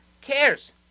cares